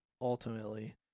ultimately